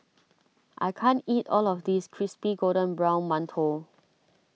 I can't eat all of this Crispy Golden Brown Mantou